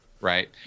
right